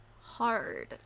hard